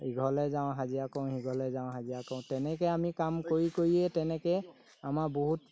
ইঘৰলৈ যাওঁ হাজিৰা কৰোঁ সিঘৰলে যাওঁ হাজিৰা কৰোঁ তেনেকৈ আমি কাম কৰি কৰিয়ে তেনেকৈ আমাৰ বহুত